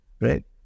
Right